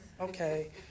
okay